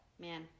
Man